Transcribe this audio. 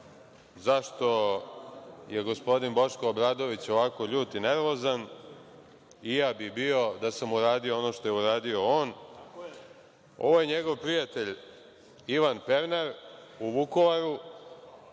zašto je gospodin Boško Obradović ovako ljut i nervozan. I ja bih bio sam uradio ono što je uradio on. Ovo je njegov prijatelj Ivan Pernar u Vukovaru.